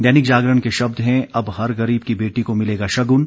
दैनिक जागरण के शब्द हैं अब हर गरीब की बेटी को मिलेगा शगुन